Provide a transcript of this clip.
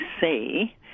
say